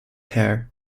hair